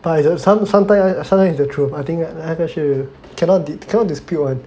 but I don~ some~ sometime sometime is the truth I think 那个是 cannot be cannot dispute [one]